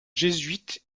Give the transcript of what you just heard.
jésuite